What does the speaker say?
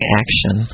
action